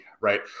right